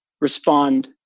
respond